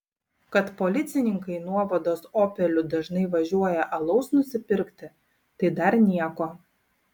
kad policininkai nuovados opeliu dažnai važiuoja alaus nusipirkti tai dar nieko